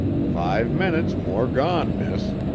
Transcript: five minutes more gone, miss.